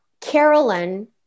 Carolyn